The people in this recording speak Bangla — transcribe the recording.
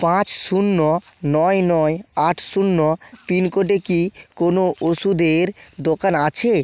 পাঁচ শূন্য নয় নয় আট শূন্য পিনকোডে কি কোনো ওষুদের দোকান আছে